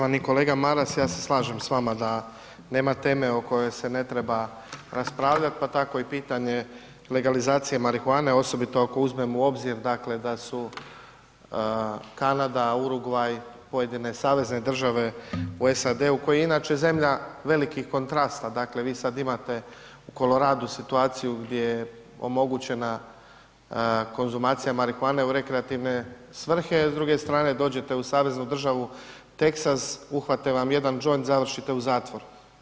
Poštovani kolega Maras, ja se slažem s vama da nema teme o kojoj se ne treba raspravljati, pa tako i pitanje legalizacije marihuane, osobito ako uzmemo u obzir dakle, da su Kanada, Urugvaj, pojedine savezne države u SAD-u koji je inače zemlja velikih kontrasta, dakle vi sad imate u Coloradu situaciju gdje je omogućena konzumacija marihuane u rekreativne svrhe, s druge strane, dođete u saveznu državu Texas, uhvate vam jedan joint, završite u zatvoru.